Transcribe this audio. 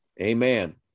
amen